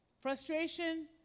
Frustration